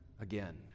again